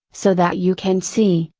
so that you can see,